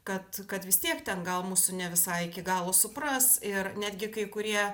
kad kad vis tiek ten gal mūsų ne visai iki galo supras ir netgi kai kurie